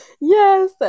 Yes